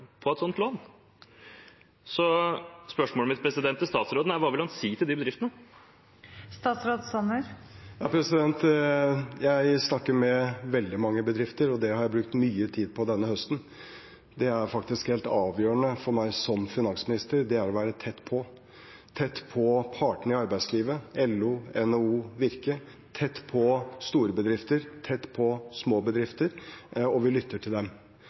på et sånt lån. Så spørsmålet mitt til statsråden er: Hva vil han si til de bedriftene? Jeg snakker med veldig mange bedrifter, og det har jeg brukt mye tid på denne høsten. Det er faktisk helt avgjørende for meg som finansminister å være tett på – tett på partene i arbeidslivet, LO, NHO, Virke, tett på store bedrifter, tett på små bedrifter, og vi lytter til dem.